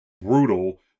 brutal